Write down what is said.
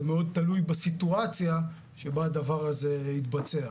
זה מאוד תלוי בסיטואציה שבה הדבר הזה מתבצע.